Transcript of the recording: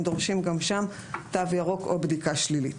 דורשים גם שם תו ירוק או בדיקה שלילית.